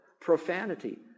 profanity